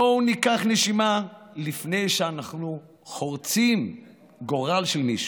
בואו ניקח נשימה לפני שאנחנו חורצים גורל של מישהו,